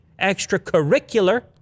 extracurricular